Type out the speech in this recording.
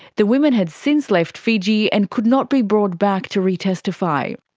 the women had since left fiji and could not be brought back to re-testify.